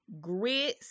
Grits